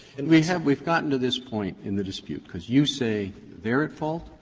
and we have we've gotten to this point in the dispute because you say they're at fault,